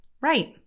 Right